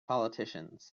politicians